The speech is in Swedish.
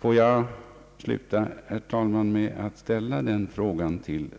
Låt mig sluta, herr talman, med att mera konkret fråga